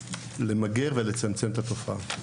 לצמצם ולמגר את התופעה.